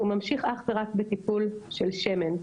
והוא ממשיך אך ורק בטיפול של שמן.